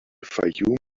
fayoum